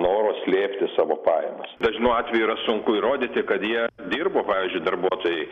noro slėpti savo pajamas dažnu atveju yra sunku įrodyti kad jie dirbo pavyzdžiui darbuotojai